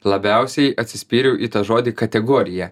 labiausiai atsispyriau į tą žodį kategoriją